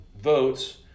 votes